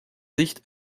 sicht